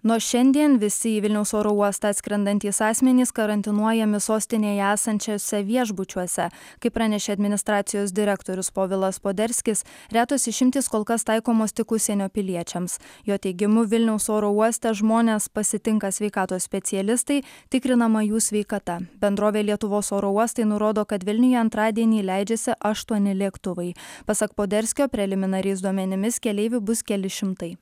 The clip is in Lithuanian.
nuo šiandien visi į vilniaus oro uostą atskrendantys asmenys karantinuojami sostinėje esančiuose viešbučiuose kaip pranešė administracijos direktorius povilas poderskis retos išimtys kol kas taikomos tik užsienio piliečiams jo teigimu vilniaus oro uoste žmones pasitinka sveikatos specialistai tikrinama jų sveikata bendrovė lietuvos oro uostai nurodo kad vilniuje antradienį leidžiasi aštuoni lėktuvai pasak poderskio preliminariais duomenimis keleivių bus keli šimtai